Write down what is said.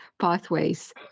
pathways